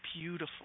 beautiful